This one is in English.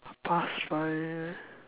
past five